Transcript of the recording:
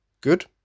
Good